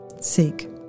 Seek